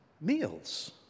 meals